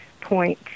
point